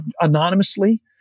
anonymously